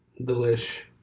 Delish